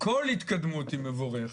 כל התקדמות היא מבורכת,